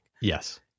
Yes